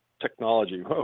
technology